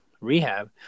rehab